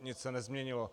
Nic se nezměnilo.